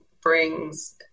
brings